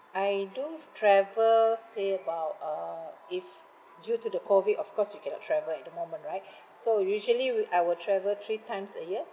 I do travel say about uh if due to the COVID of course we cannot travel at the moment right so usually wi~ I will travel three times a year